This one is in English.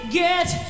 get